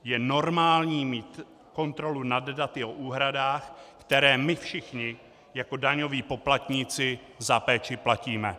Je normální mít kontrolu nad daty o úhradách, které my všichni jako daňoví poplatníci za péči platíme.